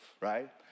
right